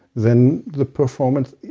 then the performance